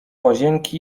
łazienki